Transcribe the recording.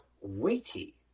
weighty